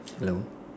hello